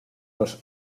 los